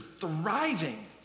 thriving